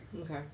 Okay